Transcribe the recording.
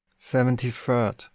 Seventy-third